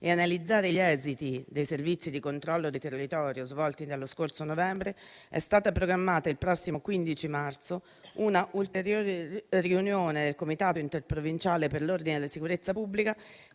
e analizzare gli esiti dei servizi di controllo del territorio svolti lo scorso novembre, è stata programmata - il prossimo 15 marzo - una ulteriore riunione del Comitato provinciale per l'ordine e la sicurezza pubblica,